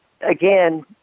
again